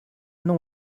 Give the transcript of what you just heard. nom